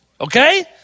Okay